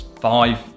five